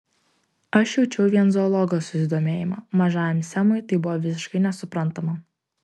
aš jaučiau vien zoologo susidomėjimą mažajam semui tai buvo visiškai nesuprantama